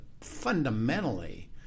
fundamentally